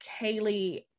Kaylee